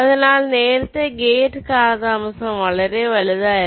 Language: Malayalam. അതിനാൽ നേരത്തെ ഗേറ്റ് കാലതാമസം വളരെ വലുതായിരുന്നു